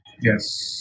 Yes